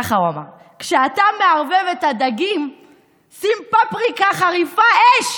ככה הוא אמר: כשאתה מערבב את הדגים שים פפריקה חריפה אש,